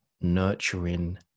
nurturing